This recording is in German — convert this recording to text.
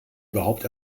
überhaupt